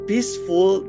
Peaceful